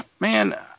man